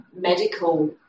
medical